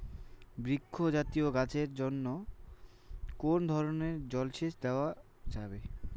বৃক্ষ জাতীয় গাছের জন্য কোন ধরণের জল সেচ দেওয়া যাবে?